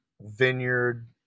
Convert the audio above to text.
vineyard